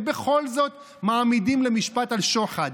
ובכל זאת מעמידים למשפט על שוחד.